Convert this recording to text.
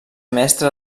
mestre